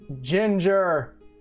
Ginger